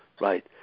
Right